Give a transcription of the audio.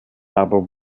aber